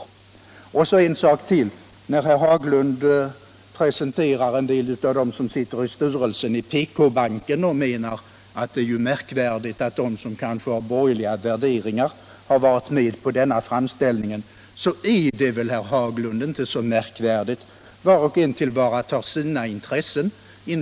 Och så en sak till: Herr Haglund presenterar en del av dem som sitter i styrelsen för PK-banken och menar att det är ju märkvärdigt att också de som har borgerliga värderingar har varit med på denna framställning. Men det är väl inte så märkvärdigt, herr Haglund. Var och en tillvaratar sina intressen.